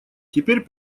теперь